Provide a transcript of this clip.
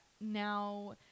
now